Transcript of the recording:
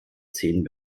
zehn